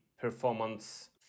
performance